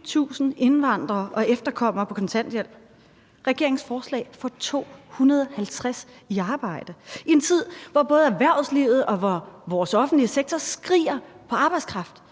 bliver 20.000 indvandrere og efterkommere på kontanthjælp. Regeringens forslag får 250 i arbejde. I en tid, hvor både erhvervslivet og vores offentlige sektor skriger på arbejdskraft,